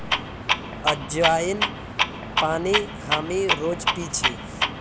अज्वाइन पानी हामी रोज़ पी छी